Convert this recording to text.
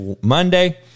Monday